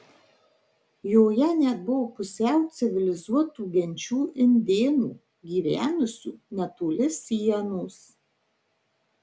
joje net buvo pusiau civilizuotų genčių indėnų gyvenusių netoli sienos